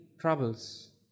troubles